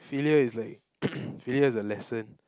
failure is like failure is a lesson